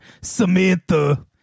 Samantha